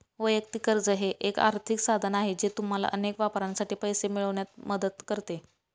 वैयक्तिक कर्ज हे एक आर्थिक साधन आहे जे तुम्हाला अनेक वापरांसाठी पैसे मिळवण्यात मदत करते